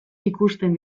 ikusten